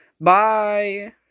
Bye